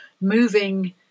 moving